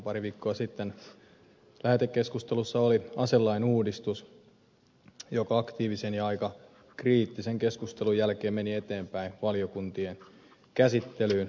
pari viikkoa sitten lähetekeskustelussa oli aselain uudistus joka aktiivisen ja aika kriittisen keskustelun jälkeen meni eteenpäin valiokuntien käsittelyyn